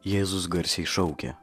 jėzus garsiai šaukė